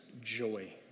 joy